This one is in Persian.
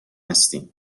هستین